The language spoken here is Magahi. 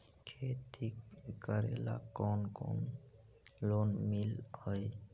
खेती करेला कौन कौन लोन मिल हइ?